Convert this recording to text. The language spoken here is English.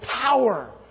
power